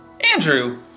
Andrew